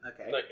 Okay